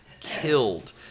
killed